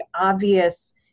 obvious